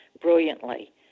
brilliantly